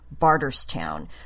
Barterstown